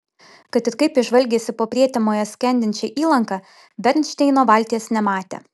kad ir kaip jis žvalgėsi po prietemoje skendinčią įlanką bernšteino valties nematė